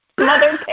mother